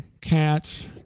cats